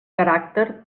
caràcter